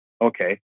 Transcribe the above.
okay